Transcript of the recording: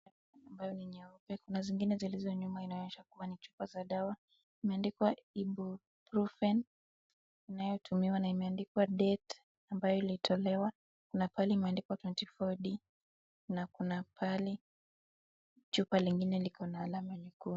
Ambayo ni nyeupe na zingine zilizo nyuma inaonyesha kuwa ni chupa za dawa imeandikwa eburufen inayotumiwa na imeandikwa date ambayo ilitolewa na kuna mahali imeandikwa twenty four d na kuna pahali chupa lingine liko na alama nyekundu.